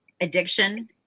Addiction